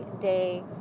day